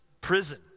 Prison